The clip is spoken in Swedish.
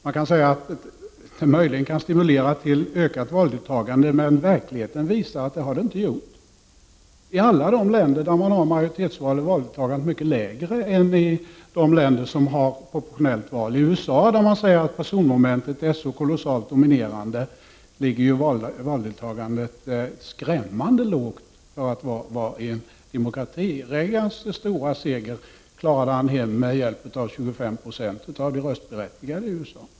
Man kan säga att det möjligen kan stimulera till ökat valdeltagande, men verkligheten visar att det inte har gjort det. I alla de länder där man har majoritetsval är valdeltagandet mycket lägre än det är i de länder som har proportionella val. I USA, där personmomentet är så kolossalt dominerande, ligger valdeltagandet skrämmande lågt, för att vara i en demokrati. Reagans stora seger klarade han med hjälp av 25 0 av de röstberättigade i USA.